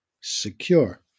secure